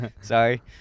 sorry